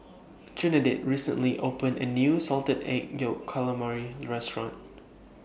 Trinidad recently opened A New Salted Egg Yolk Calamari Restaurant